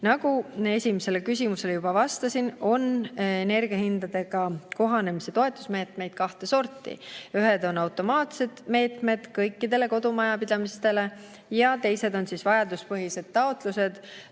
Nagu esimesele küsimusele juba vastasin, on energiahindadega kohanemise toetusmeetmeid kahte sorti. Ühed on automaatsed meetmed kõikidele kodumajapidamistele, ja teised on vajaduspõhised taotlused,